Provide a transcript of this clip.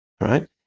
right